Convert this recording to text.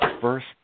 first